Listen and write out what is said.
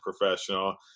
professional